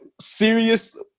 serious